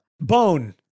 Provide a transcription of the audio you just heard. Bone